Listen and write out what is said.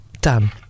Done